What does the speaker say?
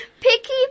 Picky